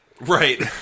Right